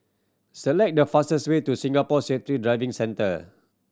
select the fastest way to Singapore Safety Driving Centre